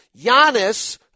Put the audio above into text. Giannis